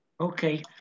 Okay